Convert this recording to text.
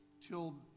till